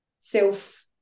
self